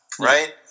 right